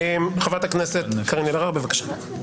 חברת הכנסת קארין אלהרר, בבקשה.